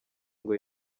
ngo